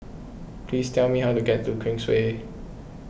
please tell me how to get to Queensway